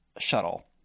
shuttle